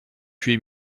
huit